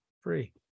free